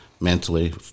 mentally